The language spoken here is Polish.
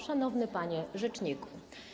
Szanowny Panie Rzeczniku!